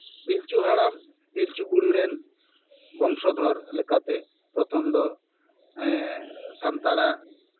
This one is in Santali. ᱯᱤᱞᱪᱩ ᱦᱟᱲᱟᱢ ᱯᱤᱞᱪᱩ ᱵᱩᱲᱦᱤ ᱨᱮᱱ ᱵᱚᱝᱥᱚ ᱫᱷᱚᱨ ᱞᱮᱠᱟᱛᱮ ᱯᱨᱚᱛᱷᱚᱢ ᱫᱚ ᱥᱟᱱᱛᱟᱲᱟᱜ